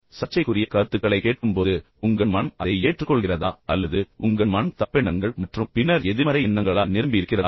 சர்ச்சைக்குரிய கருத்துக்களைக் கேட்கும்போது உங்கள் மனம் அதை ஏற்றுக்கொள்கிறதா அல்லது உங்கள் மனம் தப்பெண்ணங்கள் மற்றும் பின்னர் எதிர்மறை எண்ணங்களால் நிரம்பியிருக்கிறதா